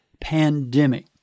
pandemic